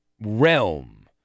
realm